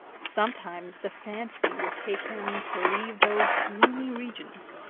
sometimes the fancy would take him to leave those gloomy regions,